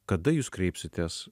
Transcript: kada jūs kreipsitės